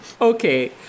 Okay